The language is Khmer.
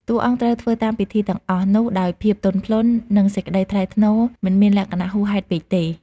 តួអង្គត្រូវធ្វើតាមពិធីទាំងអស់នោះដោយភាពទន់ភ្លន់ និងសេចក្តីថ្លៃថ្នូរ មិនមានលក្ខណៈហួសហេតុពេកទេ។